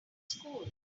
school